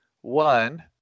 One